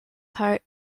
part